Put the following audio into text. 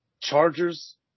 Chargers